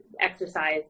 Exercise